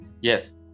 Yes